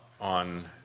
on